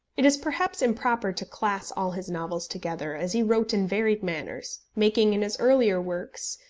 it is perhaps improper to class all his novels together, as he wrote in varied manners, making in his earlier works,